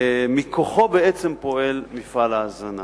מכוחו בעצם פועל מפעל ההזנה,